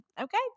Okay